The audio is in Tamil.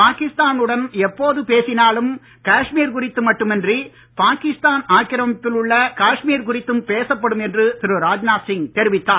பாகிஸ்தானுடன் எப்போது பேசினாலும் காஷ்மீர் குறித்து மட்டுமின்றி பாகிஸ்தான் ஆக்கிரமிப்பில் உள்ள காஷ்மீர் குறித்தும் பேசப்படும் என்று திரு ராஜ்நாத் சிங் தெரிவித்தார்